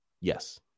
Yes